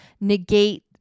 negate